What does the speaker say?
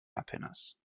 happiness